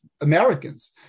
Americans